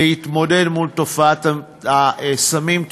להתמודד מול תופעת הסמים.